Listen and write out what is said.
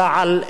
תודה.